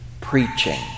preaching